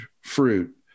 fruit